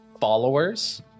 followers